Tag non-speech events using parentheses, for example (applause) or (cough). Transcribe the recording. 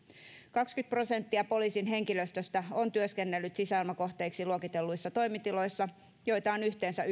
kaksikymmentä prosenttia poliisin henkilöstöstä on työskennellyt sisäilmakohteiksi luokitelluissa toimitiloissa joita on yhteensä (unintelligible)